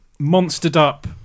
monstered-up